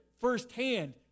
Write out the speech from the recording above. firsthand